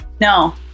No